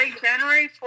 January